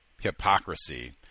hypocrisy